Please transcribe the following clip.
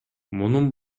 мунун